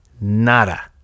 Nada